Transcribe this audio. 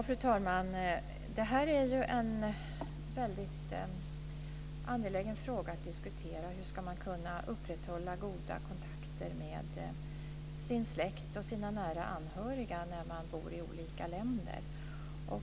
Fru talman! Det här är en väldigt angelägen fråga att diskutera, hur man ska kunna upprätthålla goda kontakter med sin släkt och sina nära anhöriga när man bor i olika länder.